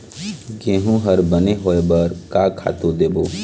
गेहूं हर बने होय बर का खातू देबो?